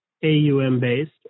AUM-based